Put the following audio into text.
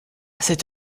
cette